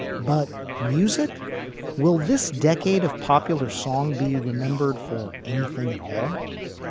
but music will this decade of popular song be remembered for anything at all?